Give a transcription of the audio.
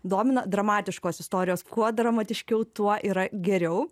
domina dramatiškos istorijos kuo dramatiškiau tuo yra geriau